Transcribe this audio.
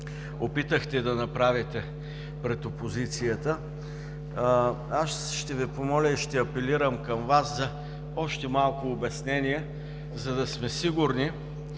опитахте да направите пред опозицията, аз ще Ви помоля и ще апелирам за още малко обяснения, за да сме сигурни,